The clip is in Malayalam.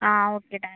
ആ ഓക്കെ താങ്ക് യൂ